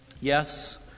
Yes